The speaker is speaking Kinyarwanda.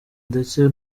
ndetse